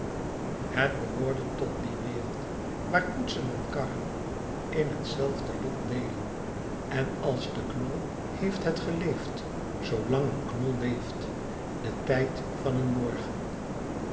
het behoorde tot die wereld waar koetsen en karren in hetzelfde lot deelen en als knol heeft het geleefd zoo lang een knol leeft den tijd van een morgen